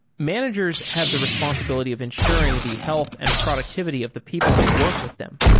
managers have the responsibility of ensuring the health and productivity of the people that work with them.